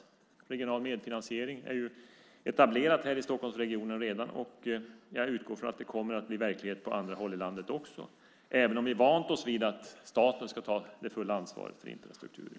Regional medfinansiering är redan någonting som är etablerat här i Stockholmsregionen. Jag utgår från att det kommer att bli verklighet också på andra håll i landet, även om vi vant oss vid att staten ska ta det fulla ansvaret för infrastrukturen.